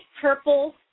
purple